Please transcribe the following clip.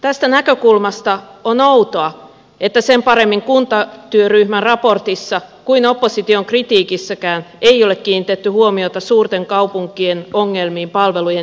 tästä näkökulmasta on outoa että sen paremmin kuntatyöryhmän raportissa kuin opposition kritiikissäkään ei ole kiinnitetty huomiota suurten kaupunkien ongelmiin palvelujen järjestämisessä